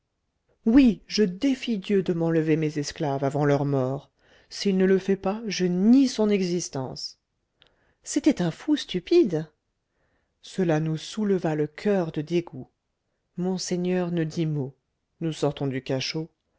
oui je défie dieu de m'enlever mes esclaves avant leur mort s'il ne le fait pas je nie son existence c'était un fou stupide cela nous souleva le coeur de dégoût monseigneur ne dit mot nous sortons du cachot